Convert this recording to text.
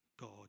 God